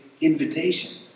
invitation